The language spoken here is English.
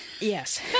Yes